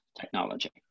technology